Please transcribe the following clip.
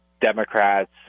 Democrats